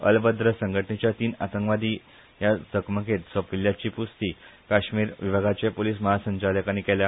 अल बद्र संघटनेच्या तीन आतंकवादी या चकमकेन सोपिल्ल्याची पुस्ती काश्मिर विभागाचे पुलिस म्हासंचालकांनी केल्या